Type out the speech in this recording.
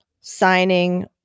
signing-